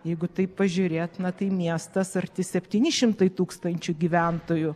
jeigu taip pažiūrėtume tai miestas arti septyni šimtai tūkstančių gyventojų